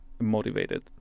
motivated